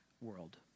world